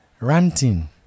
Ranting